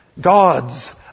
God's